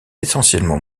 essentiellement